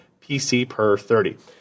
PCPER30